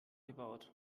gebaut